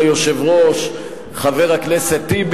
יהיו חלק מאותה מדינה?